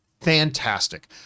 fantastic